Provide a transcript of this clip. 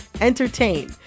entertain